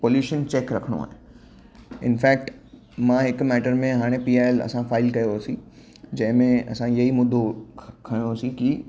pollution check रखणो आहे in fact मां हिकु मैटर में हाणे पी आई एल असां फाइल कयो हुओसीं जंहिंमें असां इहेई मुद्दो खयोंसीं की